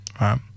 right